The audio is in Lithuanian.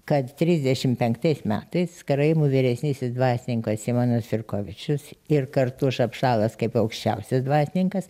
kad trisdešim penktais metais karaimų vyresnysis dvasininkas simonas firkovičius ir kartu šapšalas kaip aukščiausias dvasininkas